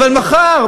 אבל מחר,